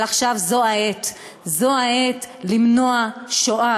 אבל עכשיו זו העת, זו העת למנוע שואה.